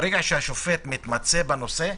כשהשופט מצוי בנושא,